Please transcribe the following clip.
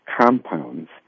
compounds